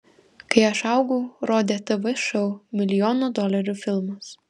kai aš augau rodė tv šou milijono dolerių filmas